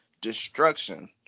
destruction